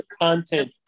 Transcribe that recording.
content